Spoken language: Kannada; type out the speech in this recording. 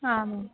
ಹಾಂ ಮ್ಯಾಮ್